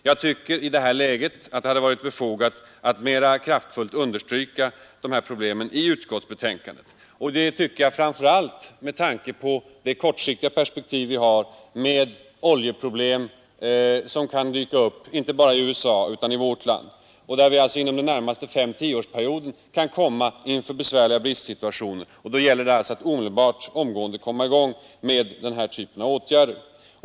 Jag tycker i det läget att det hade varit befogat att mera kraftfullt understryka dessa problem i utskottsbetänkandet, framför allt med hänsyn tagen till det kortsiktiga perspektivet att det kan uppstå problem med oljeförsörjningen inte bara i USA utan också i vårt land. Och som betyder att vi redan inom den närmaste 5—10 åren kan befinna oss i besvärliga bristsituationer. Då gäller det att omedelbart komma i gång med denna typ av åtgärder.